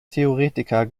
theoretiker